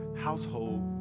household